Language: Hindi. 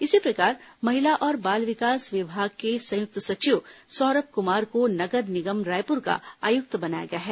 इसी प्रकार महिला और बाल विकास विभाग के संयुक्त सचिव सौरभ कुमार को नगर निगम रायपुर का आयुक्त बनाया गया है